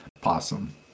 possum